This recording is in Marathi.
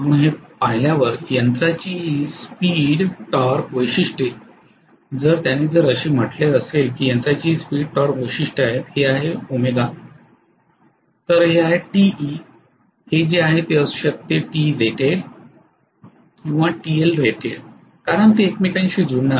म्हणून हे पाहिल्यावरयंत्राची ही स्पीड टॉर्क वैशिष्ट्ये जर त्याने जर असे म्हटले असेल की यंत्राची ही स्पीड टॉर्क वैशिष्ट्ये आहेत हे आहे ɷ तर हे आहे Te हे जे आहे ते असू शकते Terated किंवा TLrated कारण ते एकमेकांशी जुळणार आहेत